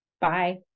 Bye